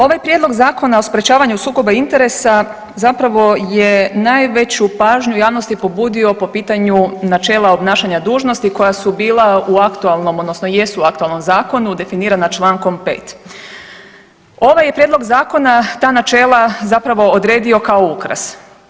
Ovaj Prijedlog zakona o sprječavanju sukoba interesa zapravo je najveću pažnju javnosti pobudio po pitanju načela obnašanja dužnosti koja su bila u aktualnom, odnosno jesu u aktualnom zakonu, definirana čl. 5. Ovaj je prijedlog zakona ta načela zapravo odredio kao ukras.